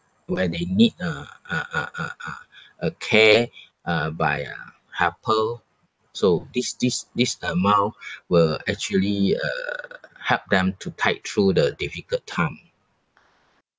where they need uh uh uh uh uh a care uh by a helper so this this this amount will actually uh help them to tide through the difficult time